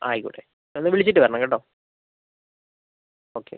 ആയിക്കോട്ടെ എന്നാൽ വിളിച്ചിട്ട് വരണം കേട്ടൊ ഓക്കെ